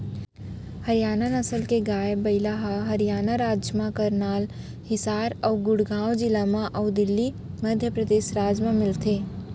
हरियाना नसल के गाय, बइला ह हरियाना राज म करनाल, हिसार अउ गुड़गॉँव जिला म अउ दिल्ली, मध्य परदेस राज म मिलथे